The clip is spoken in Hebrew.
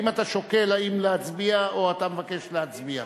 האם אתה שוקל אם להצביע, או שאתה מבקש להצביע?